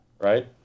Right